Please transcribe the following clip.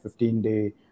15-day